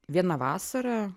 vieną vasarą